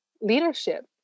leadership